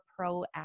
proactive